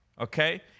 okay